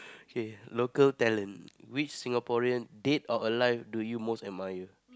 kay local talent which Singapore dead or alive do you most admire